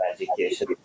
Education